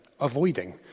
avoiding